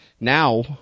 now